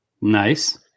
Nice